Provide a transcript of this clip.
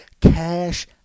Cash